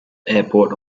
airport